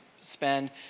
spend